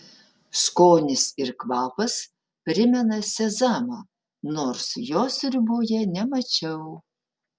skonis ir kvapas primena sezamą nors jo sriuboje nemačiau